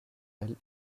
elle